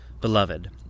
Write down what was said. Beloved